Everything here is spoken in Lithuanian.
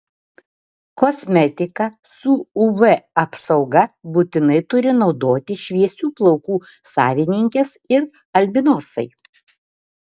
kosmetiką su uv apsauga būtinai turi naudoti šviesių plaukų savininkės ir albinosai